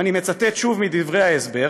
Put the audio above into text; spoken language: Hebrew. ואני מצטט שוב מדברי ההסבר,